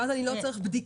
ואז אני לא צריך בדיקה.